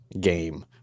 game